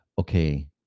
Okay